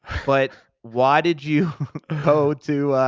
but why did you go to,